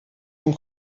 von